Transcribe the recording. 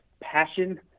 passion